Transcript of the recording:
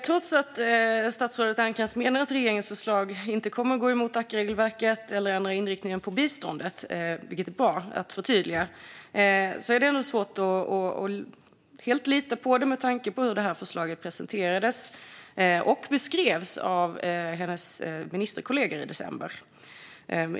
Fru talman! Statsrådet Ernkrans menar att regeringens förslag inte kommer att gå emot Dac-regelverket eller ändra inriktningen på biståndet, vilket är ett bra förtydligande, men det är svårt att helt lita på detta med tanke på hur förslaget presenterades och beskrevs av hennes ministerkollegor i december.